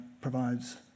provides